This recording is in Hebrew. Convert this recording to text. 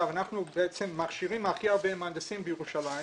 אנחנו בעצם מכשירים הכי הרבה מהנדסים בירושלים